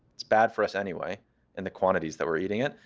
it's bad for us anyway in the quantities that we're eating it.